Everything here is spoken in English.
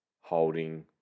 holding